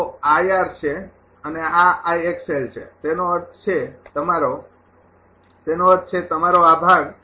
તો આ છે અને આ છે તેનો અર્થ છે તમારો તેનો અર્થ છે તમારો આ ભાગ